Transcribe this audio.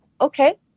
okay